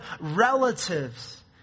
relatives